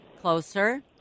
Closer